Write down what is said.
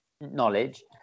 knowledge